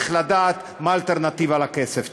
אבל צריך לדעת מה האלטרנטיבה לכסף.